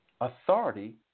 authority